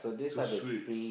so sweet